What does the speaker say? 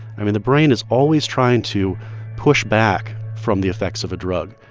i mean, the brain is always trying to push back from the effects of a drug.